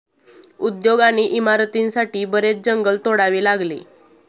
उद्योग आणि इमारतींसाठी बरेच जंगल तोडावे लागले